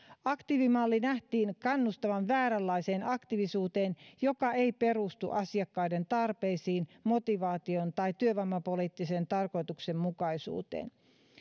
aktiivimallin nähtiin kannustavan vääränlaiseen aktiivisuuteen joka ei perustu asiakkaiden tarpeisiin tai motivaatioon tai työvoimapoliittiseen tarkoituksenmukaisuuteen